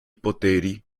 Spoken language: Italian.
poteri